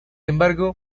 embargo